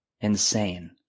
Insane